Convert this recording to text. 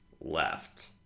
left